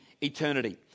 eternity